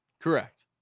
Correct